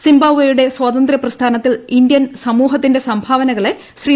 സിംബാബ്വെയുടെ സ്വാതന്ത്യ പ്രസ്ഥാനത്തിൽ ഇന്ത്യൻ സമൂഹത്തിന്റെ സംഭാവനകളെ ശ്രീ